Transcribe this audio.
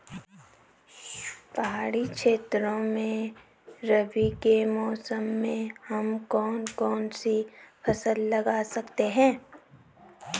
पहाड़ी क्षेत्रों में रबी के मौसम में हम कौन कौन सी फसल लगा सकते हैं?